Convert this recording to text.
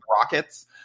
Rockets